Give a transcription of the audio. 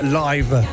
live